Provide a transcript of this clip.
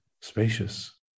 spacious